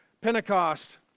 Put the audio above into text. Pentecost